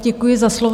Děkuji za slovo.